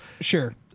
Sure